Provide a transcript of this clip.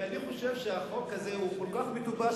ואני חושב שהחוק הזה הוא כל כך מטופש,